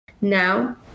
Now